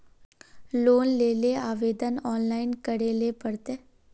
Loan लेले आवेदन online करे ले पड़ते?